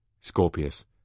Scorpius